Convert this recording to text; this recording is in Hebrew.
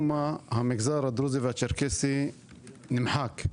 משום מה המגזר הדרוזי והצ'רקסי נמחק,